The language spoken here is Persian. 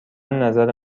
نظر